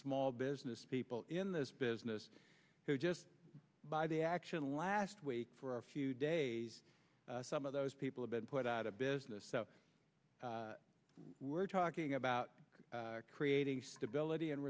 small business people in this business who just by the action last week for a few days some of those people have been put out of business so we're talking about creating stability and